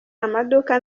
amaduka